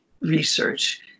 research